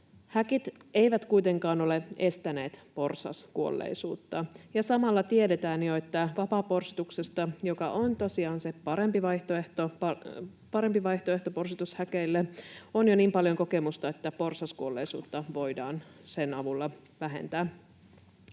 Häkit eivät kuitenkaan ole estäneet porsaskuolleisuutta. Samalla tiedetään jo, että vapaaporsituksesta, joka on tosiaan se parempi vaihtoehto porsitushäkeille, on jo niin paljon kokemusta, että porsaskuolleisuutta voidaan sen avulla vähentää.